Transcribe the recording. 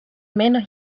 menos